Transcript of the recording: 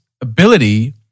ability